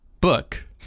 book